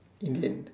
Indian